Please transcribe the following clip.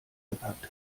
gepackt